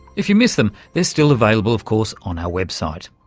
if you missed them they're still available of course, on our website.